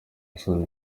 asoza